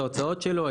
את ההוצאות שלו,